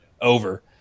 Over